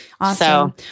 Awesome